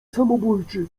samobójczy